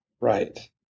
Right